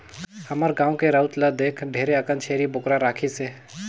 हमर गाँव के राउत ल देख ढेरे अकन छेरी बोकरा राखिसे